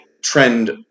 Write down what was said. trend